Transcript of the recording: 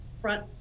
front